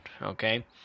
Okay